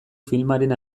filmaren